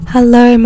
Hello